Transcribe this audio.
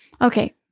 Okay